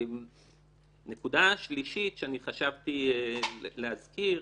נקודה שלישית שחשבתי להזכיר